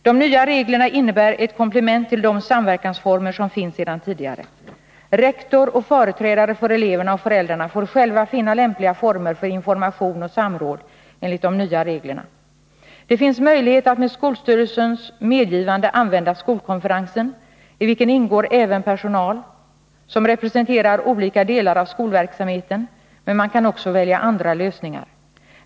De nya reglerna innebär ett komplement till de samverkansformer som finns sedan tidigare. Rektor och företrädare för eleverna och föräldrarna får själva finna lämpliga former för information och samråd enligt de nya reglerna. Det finns möjlighet att med skolstyrelsens medgivan de använda skolkonferensen, i vilken ingår även personal som representerar olika delar av skolverksamheten, men man kan också välja andra lösningar.